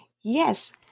Yes